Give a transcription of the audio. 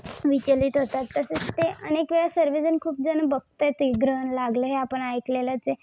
विचलित होतात तसेच ते अनेक वेळा सर्व जण खूप जण बघतातही ग्रहण लागलं आपण ऐकलेलंच आहे